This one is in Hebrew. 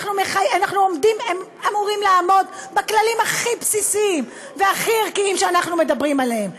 הם אמורים לעמוד בכללים הכי בסיסיים והכי ערכיים שאנחנו מדברים עליהם,